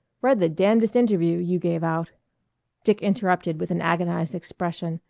read the damnedest interview you gave out dick interrupted with an agonized expression.